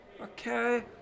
Okay